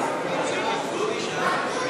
נא לשבת.